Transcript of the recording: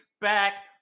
back